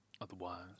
Otherwise